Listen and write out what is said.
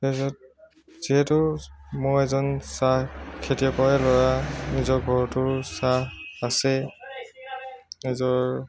তাৰপিছত যিহেতু মই এজন চাহ খেতিয়কৰে ল'ৰা নিজৰ ঘৰতো চাহ আছে নিজৰ